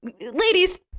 Ladies